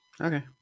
okay